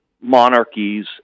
monarchies